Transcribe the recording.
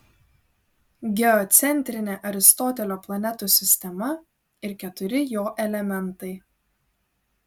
geocentrinė aristotelio planetų sistema ir keturi jo elementai